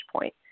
point